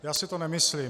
Já si to nemyslím.